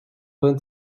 vingt